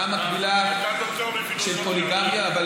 מה המקבילה של פוליגמיה?